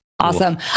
Awesome